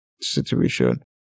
situation